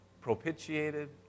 propitiated